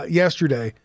yesterday